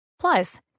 Plus